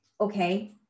okay